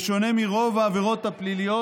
בשונה מרוב העבירות הפליליות,